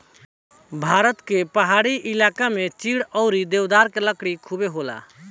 भारत के पहाड़ी इलाका में चीड़ अउरी देवदार के लकड़ी खुबे होला